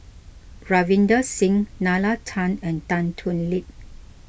Ravinder Singh Nalla Tan and Tan Thoon Lip